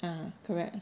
ah correct